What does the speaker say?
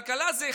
כלכלה זה,